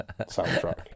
soundtrack